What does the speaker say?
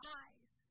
eyes